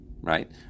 Right